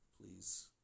Please